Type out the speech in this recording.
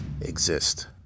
exist